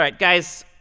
like guys.